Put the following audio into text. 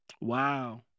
Wow